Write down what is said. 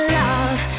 love